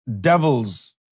devils